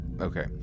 Okay